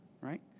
right